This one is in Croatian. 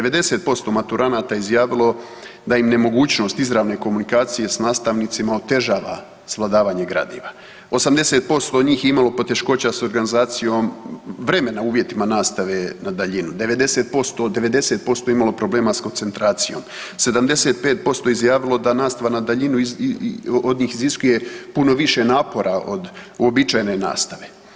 90% maturanata izjavilo da im nemogućnost izravne komunikacije s nastavnicima otežava svladavanje gradiva, 80% njih je imalo poteškoća s organizacijom vremena uvjetima nastave na daljinu, 90%, 90% je imalo problema s koncentracijom, 75% je izjavilo da nastava na daljinu od njih iziskuje puno više napora od uobičajene nastave.